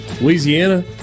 Louisiana